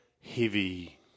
heavy